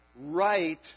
right